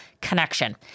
connection